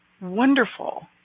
wonderful